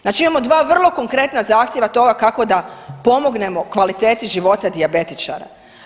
Znači imamo dva vrlo konkretna zahtjeva toga kako da pomognemo kvaliteti života dijabetičara.